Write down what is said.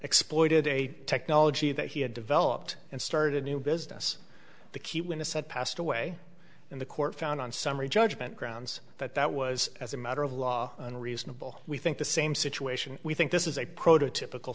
exploited a technology that he had developed and started a new business the key witness said passed away in the court found on summary judgment grounds that that was as a matter of law unreasonable we think the same situation we think this is a prototypical